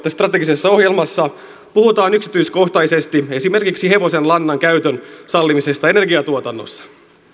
strategisessa ohjelmassa puhutaan yksityiskohtaisesti esimerkiksi hevosen lannan käytön sallimisesta energiantuotannossa